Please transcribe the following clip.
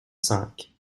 cinq